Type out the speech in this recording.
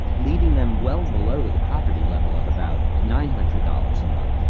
leaving them well below the poverty level of about nine hundred dollars a month.